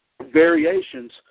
variations